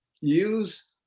use